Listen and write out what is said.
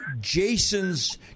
Jason's